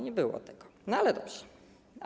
Nie było tego, ale dobrze.